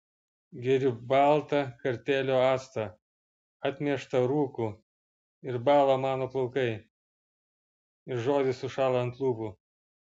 geriu baltą kartėlio actą atmieštą rūku ir bąla mano plaukai ir žodis sušąla ant lūpų